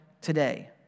today